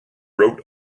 wrote